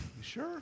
sure